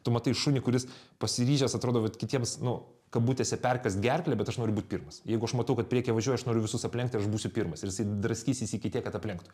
tu matai šunį kuris pasiryžęs atrodo vat kitiems nu kabutėse perkąst gerklę bet aš noriu būt pirmas jeigu aš matau kad priekyje važiuoja aš noriu visus aplenkt ir aš būsiu pirmas ir jisai draskysis iki tiek kad aplenktų